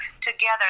together